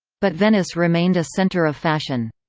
but venice remained a centre of fashion.